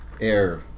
air